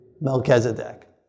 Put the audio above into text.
Melchizedek